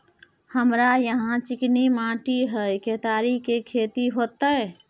हमरा यहाँ चिकनी माटी हय केतारी के खेती होते?